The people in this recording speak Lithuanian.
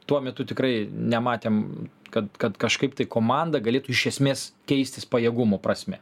tuo metu tikrai nematėm kad kad kažkaip tai komanda galėtų iš esmės keistis pajėgumo prasme